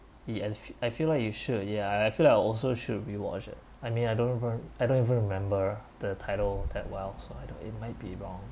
i~ I fe~ I feel like you should ya I I feel like also should rewatch it I mean I don't even I don't even remember the title that well so I don't it might be wrong